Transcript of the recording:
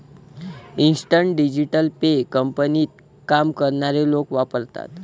instant digital pay कंपनीत काम करणारे लोक वापरतात